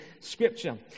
Scripture